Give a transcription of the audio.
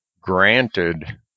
granted